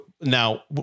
now